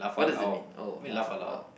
what does it mean oh laugh out loud